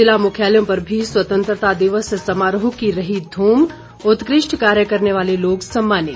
ज़िला मुख्यालयों पर भी स्वतंत्रता दिवस समारोह की रही धूम उत्कृष्ट कार्य करने वाले लोग सम्मानित